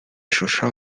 social